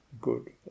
good